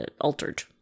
altered